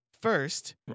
First